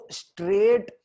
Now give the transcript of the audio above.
straight